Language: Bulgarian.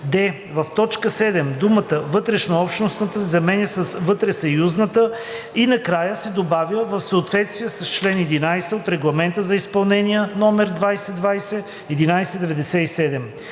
д) в т. 7 думата „вътрешнообщностната“ се заменя с „вътресъюзната“ и накрая се добавя „в съответствие с чл. 11 от Регламент за изпълнение (ЕС) № 2020/1197“;